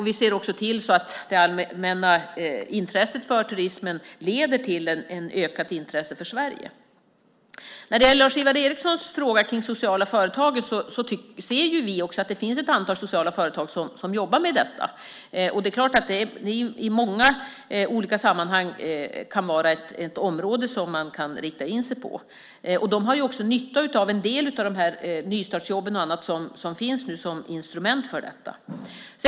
Vi ser också till att det allmänna intresset för turism leder till ett ökat intresse för Sverige. Lars-Ivar Ericson frågade om sociala företag. Vi ser också att det finns ett antal sociala företag som jobbar med detta. I många sammanhang kan det ju vara ett område som man kan rikta in sig på. De har också nytta av nystartsjobb och annat som nu finns som instrument för detta.